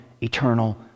eternal